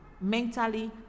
mentally